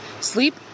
Sleep